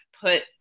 put